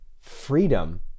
freedom